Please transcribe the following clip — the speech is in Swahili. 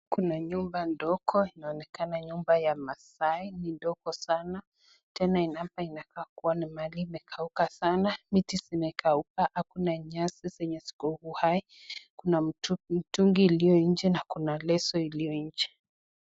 Kuna nyumba ndogo inaonekana nyumba ya maasai ni ndogo sana. Tena hapa inakaa ni mahali imekauka sana, miti zimekauka. Hakuna nyasi zenye ziko uhai. Kuna mtungi iliyo nje na kuna leso iliyo nje.